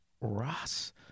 Ross